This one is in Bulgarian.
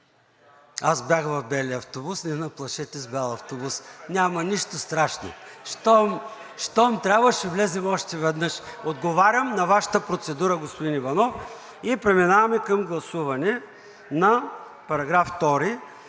Аз бях в белия автобус. Не ни плашете с бял автобус. Няма нищо страшно. Щом трябва, ще влезем още веднъж. Отговарям на Вашата процедура, господин Иванов. Преминаваме към гласуване на § 2.